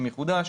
אם יחודש.